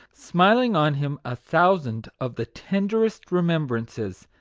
smiling on him a thousand of the tenderest remembrances,